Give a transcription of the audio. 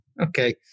Okay